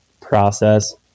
process